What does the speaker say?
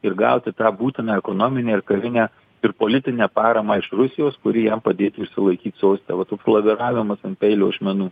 ir gauti tą būtiną ekonominę ir karinę ir politinę paramą iš rusijos kuri jam padėtų išsilaikyt soste va toks laviravimas ant peilio ašmenų